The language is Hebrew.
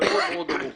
והוא מאוד מאוד עמוס